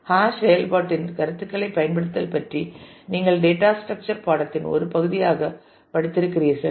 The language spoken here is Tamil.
ஹாஷ் செயல்பாட்டின் கருத்துகளைப் பயன்படுத்துதல் பற்றி நீங்கள் டேட்டா ஸ்ட்ரக்சர் பாடத்தின் ஒரு பகுதியாக படித்திருக்கிறீர்கள்